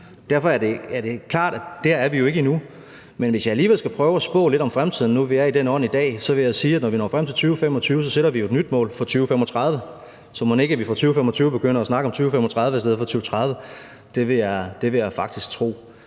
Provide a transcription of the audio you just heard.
Derfor er det klart, at dér er vi ikke endnu, men hvis jeg alligevel skal prøve at spå lidt om fremtiden nu, hvor vi er i den ånd i dag, vil jeg sige, at når vi når frem til 2025, sætter vi jo et nyt mål for 2035. Så mon ikke vi fra 2025 begynder at snakke om 2035 i stedet for 2030? Det vil jeg faktisk tro.